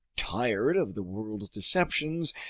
tired of the world's deceptions,